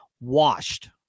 washed